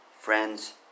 Friends